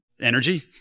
energy